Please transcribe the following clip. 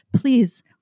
Please